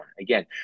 Again